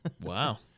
Wow